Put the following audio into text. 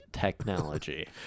technology